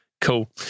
Cool